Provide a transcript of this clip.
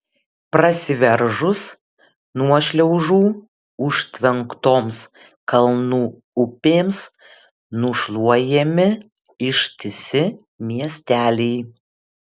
prasiveržus nuošliaužų užtvenktoms kalnų upėms nušluojami ištisi miesteliai